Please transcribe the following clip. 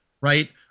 right